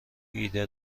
ایده